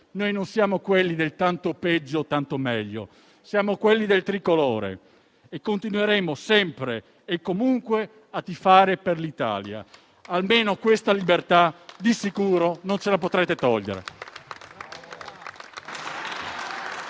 Noi non siamo quelli del tanto peggio, tanto meglio: siamo quelli del tricolore e continueremo sempre e comunque a tifare per l'Italia, perché almeno questa libertà di sicuro non ce la potrete togliere.